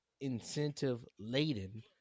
incentive-laden